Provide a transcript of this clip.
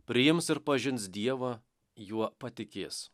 priims ir pažins dievą juo patikės